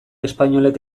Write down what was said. espainolek